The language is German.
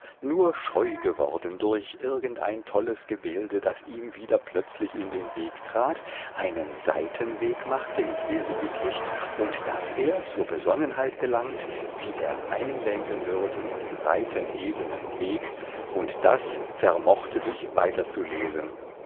nur scheu geworden durch irgendein tolles gebilde das ihm wieder plötzlich in den weg trat einen seitenweg machte ins wilde dickicht und daß er zur besonnenheit gelangt wieder einlenken würde in den breiten ebenen weg und das vermochte dich weiter zu lesen